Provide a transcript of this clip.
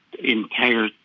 entire